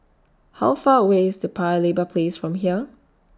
How Far away IS The Paya Lebar Place from here